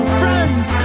friends